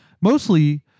mostly